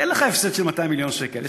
אין לך הפסד של 200 מיליון שקל.